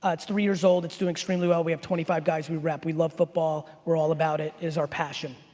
ah it's three years old, it's doing extremely well, we have twenty five guys we rep, we love football, we're all about it, it is our passion.